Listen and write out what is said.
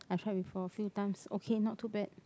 I tried before a few times okay not too bad